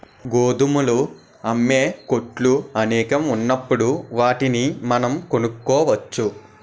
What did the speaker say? గోధుమలు అమ్మే కొట్లు అనేకం ఉన్నప్పుడు వాటిని మనం కొనుక్కోవచ్చు